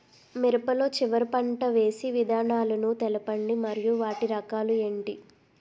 మిరప లో చివర పంట వేసి విధానాలను తెలపండి మరియు వాటి రకాలు ఏంటి